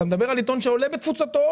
מדברים על עיתון שעולה בתפוצתו,